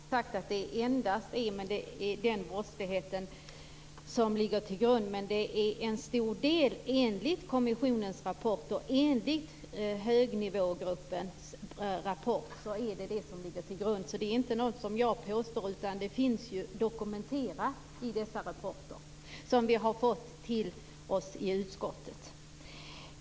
Fru talman! Jag har aldrig sagt att det endast är den brottsligheten som ligger till grund, men det är en stor del. Enligt både kommissionens och högnivågruppens rapporter är det detta som ligger till grund. Det är alltså inte något som jag påstår. Det finns dokumenterat i dessa rapporter som vi har fått till oss i utskottet.